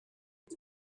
who